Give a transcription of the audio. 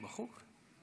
בחוק?